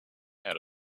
out